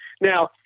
Now